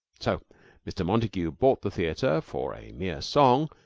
so mr. montague bought the theater for a mere song,